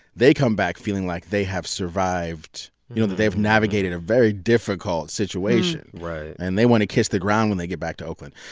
they come back feeling like they have survived, you know that they have navigated a very difficult situation right and they want to kiss the ground when they get back to oakland.